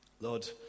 Lord